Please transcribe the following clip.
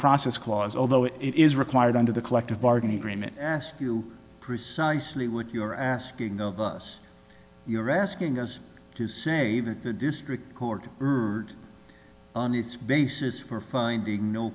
process clause although it is required under the collective bargaining agreement ask you precisely what you are asking of us you're asking us to say that the district court urged on its basis for finding no